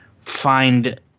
find